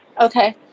Okay